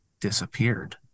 disappeared